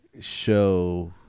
show